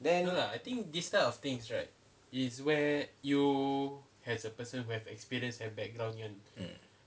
then mm